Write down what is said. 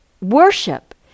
worship